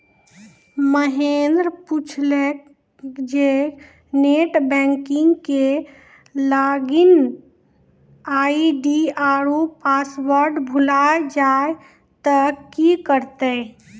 महेन्द्र पुछलकै जे net banking के लागिन आई.डी आरु पासवर्ड भुलाय जाय त कि करतै?